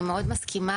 אני מאוד מסכימה.